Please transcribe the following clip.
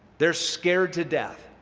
they're scared to death.